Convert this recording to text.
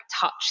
touch